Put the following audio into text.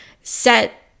set